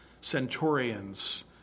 centurions